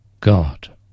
God